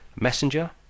messenger